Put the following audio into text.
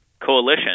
coalition